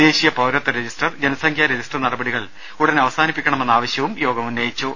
ദേശീയ പൌരത്വ രജിസ്റ്റർ ജനസംഖ്യാ രജിസ്റ്റർ നടപടികൾ ഉടൻ അവസാനിപ്പിക്കണമെന്ന ആവശ്യവും യോഗം ഉന്നയിച്ചു